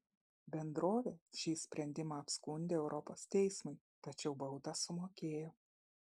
bendrovė šį sprendimą apskundė europos teismui tačiau baudą sumokėjo